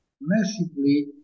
massively